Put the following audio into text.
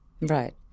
Right